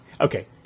Okay